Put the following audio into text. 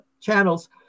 channels